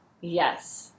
Yes